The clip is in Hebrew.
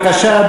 בבקשה,